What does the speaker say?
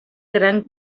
gran